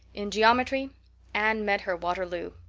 in geometry anne met her waterloo.